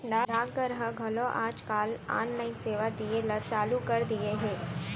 डाक घर ह घलौ आज काल ऑनलाइन सेवा दिये ल चालू कर दिये हे